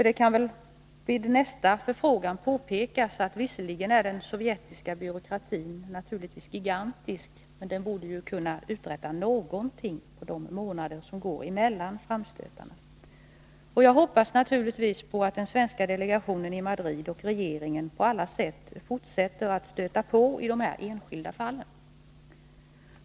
Det kan väl vid nästa förfrågan påpekas att är den sovjetiska byråkratin visserligen naturligtvis är gigantisk, men den borde kunna uträtta någonting på de månader som går mellan framstötarna. Jag hoppas naturligtvis på att den svenska delegationen i Madrid och regeringen på alla sätt fortsätter att stöta på i de här enskilda fallen.